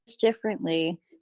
differently